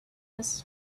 was